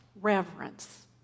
reverence